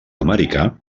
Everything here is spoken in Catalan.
americà